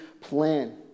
plan